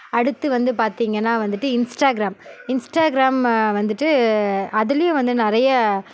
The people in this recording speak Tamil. அடுத்து வந்து பார்த்தீங்கன்னா வந்துட்டு இன்ஸ்டாகிராம் இன்ஸ்டாகிராம் வந்துட்டு அதுலேயும் வந்து நிறைய